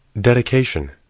Dedication